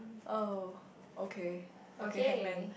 oh okay okay hangman